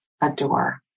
adore